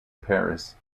paris